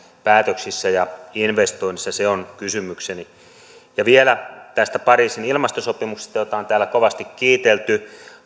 päätöksissä ja investoinneissa se on kysymykseni vielä tästä pariisin ilmastosopimuksesta jota on täällä kovasti kiitelty